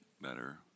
better